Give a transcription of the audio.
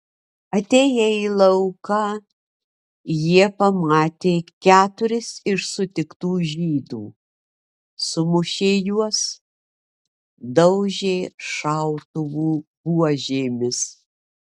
atėję į lauką jie pamatė keturis iš sutiktų žydų sumušė juos daužė šautuvų buožėmis